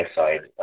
side